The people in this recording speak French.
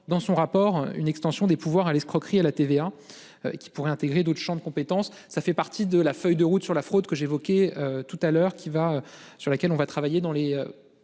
dans son rapport une extension des pouvoirs à l'escroquerie à la TVA. Qui pourrait intégrer d'autres champs de compétence, ça fait partie de la feuille de route sur la fraude que j'évoquais tout à l'heure qui va sur laquelle on va travailler dans les